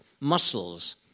muscles